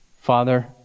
Father